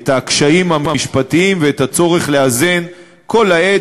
את הקשיים המשפטיים ואת הצורך לאזן כל העת